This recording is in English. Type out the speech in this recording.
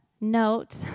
note